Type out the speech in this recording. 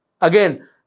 Again